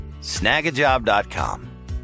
Snagajob.com